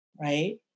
right